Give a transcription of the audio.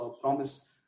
promise